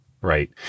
Right